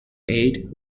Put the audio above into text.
aid